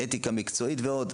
אתיקה מקצועית ועוד.